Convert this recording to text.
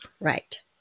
Right